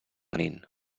nin